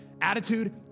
Attitude